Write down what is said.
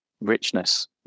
richness